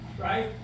right